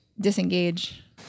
disengage